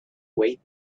wait